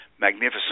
magnificent